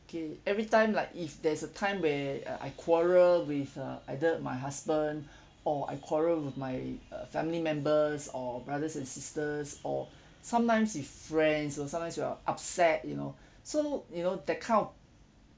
okay every time like if there's a time where uh I quarrel with uh either my husband or I quarrel with my uh family members or brothers and sisters or sometimes with friends know sometimes we're upset you know so you know that kind of